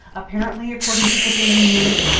apparently, according to the daily news,